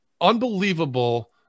unbelievable